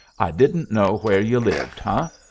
i didn't know where you lived, ah?